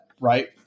right